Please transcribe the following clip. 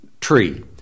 tree